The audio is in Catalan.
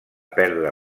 perdre